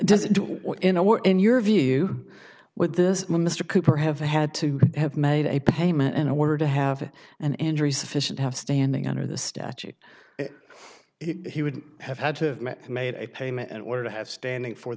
does it do in a war in your view with this mr cooper have had to have made a payment in order to have an injury sufficient have standing under the statute he would have had to made a payment an order to have standing for